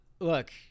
look